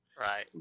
Right